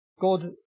God